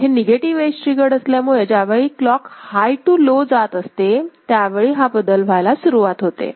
हे negative edge triggered असल्यामुळे ज्यावेळी क्लॉक हाय टू लो जात असते त्या वेळी हा बदल व्हायला सुरुवात होते